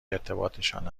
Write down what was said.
ارتباطشان